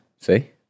See